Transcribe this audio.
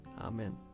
Amen